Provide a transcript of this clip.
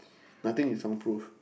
nothing is soundproof